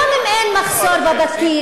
גם אם אין מחסור בבתים,